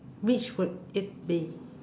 which would it be